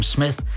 Smith